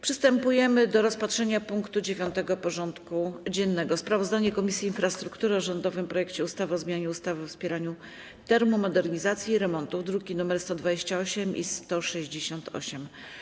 Przystępujemy do rozpatrzenia punktu 9. porządku dziennego: Sprawozdanie Komisji Infrastruktury o rządowym projekcie ustawy o zmianie ustawy o wspieraniu termomodernizacji i remontów (druki nr 128 i 168)